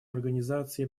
организации